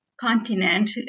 Continent